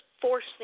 forcing